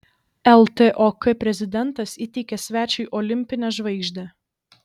ltok prezidentas įteikė svečiui olimpinę žvaigždę